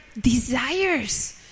desires